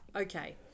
Okay